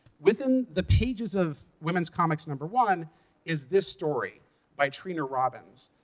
within the pages of wimmin's comix number one is this story by trina robbins.